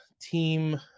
team